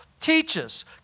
teaches